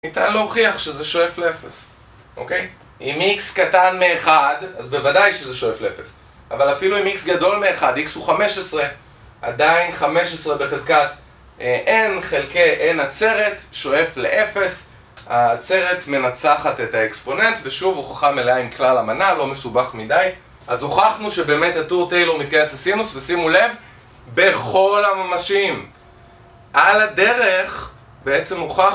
ניתן להוכיח שזה שואף לאפס, אוקיי? אם x קטן מאחד, אז בוודאי שזה שואף לאפס אבל אפילו אם x גדול מאחד, x הוא 15 עדיין 15 בחזקת n חלקי n הצרת שואף לאפס הצרת מנצחת את האקספוננט ושוב הוכחה מלאה עם כלל המנה, לא מסובך מידי אז הוכחנו שבאמת הטור טיילור מתקייס לסינוס ושימו לב, בכל הממשיים על הדרך, בעצם הוכחנו